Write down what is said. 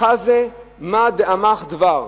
חזי מאי עמא דבר,